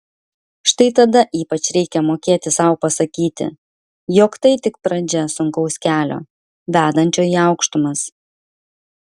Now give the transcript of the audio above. štai tada ypač reikia mokėti sau pasakyti jog tai tik pradžia sunkaus kelio vedančio į aukštumas